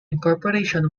incorporation